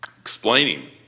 Explaining